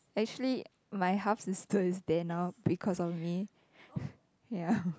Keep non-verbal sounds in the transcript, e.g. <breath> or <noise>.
actually my house is dirt than now because of me <breath> ya